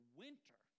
winter